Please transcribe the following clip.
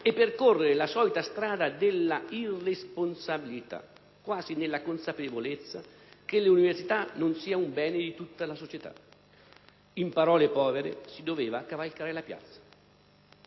e percorrere la solita strada dell'irresponsabilità, quasi nella consapevolezza che l'università non sia un bene di tutta la società; in parole povere, si doveva cavalcare la piazza.